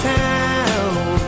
town